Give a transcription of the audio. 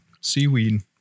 seaweed